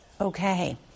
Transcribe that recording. okay